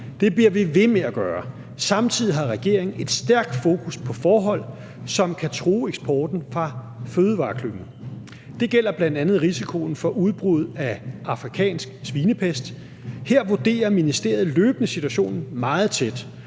Det bliver vi ved med at gøre. Samtidig har regeringen et stærkt fokus på forhold, som kan true eksporten fra fødevareklyngen. Det gælder bl.a. risikoen for udbrud af afrikansk svinepest. Her vurderer ministeriet løbende situationen meget tæt,